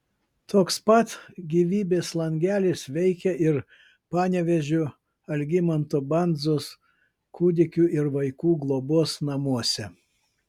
toks pat gyvybės langelis veikia ir panevėžio algimanto bandzos kūdikių ir vaikų globos namuose